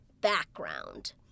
background